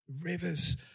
Rivers